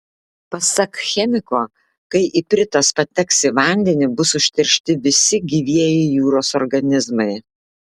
pasak chemiko kai ipritas pateks į vandenį bus užteršti visi gyvieji jūros organizmai